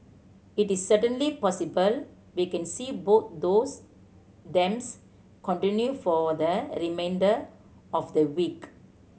it is certainly possible we can see both those themes continue for the remainder of the week